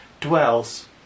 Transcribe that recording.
dwells